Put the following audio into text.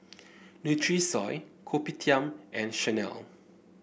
Nutrisoy Kopitiam and Chanel